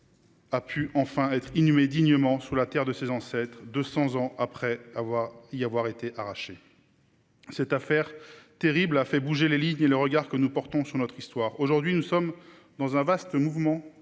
a pu enfin être inhumée dignement sur la terre de ses ancêtres, 200 ans après y avoir été arrachée. Cette affaire terrible a fait bouger les lignes et le regard que nous portons sur notre histoire. Désormais, nous connaissons un vaste mouvement,